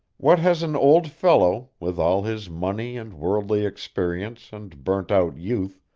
what has an old fellow, with all his money and worldly experience and burnt-out youth,